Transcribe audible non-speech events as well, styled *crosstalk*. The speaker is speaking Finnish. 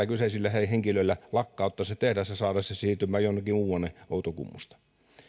*unintelligible* kyseisillä henkilöillä oli tarkoituksena lakkauttaa se tehdas ja saada se siirtymään jonnekin muualle outokummusta